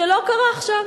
שלא קרה עכשיו.